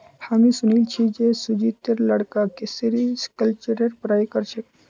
हामी सुनिल छि जे सुजीतेर लड़का सेरीकल्चरेर पढ़ाई कर छेक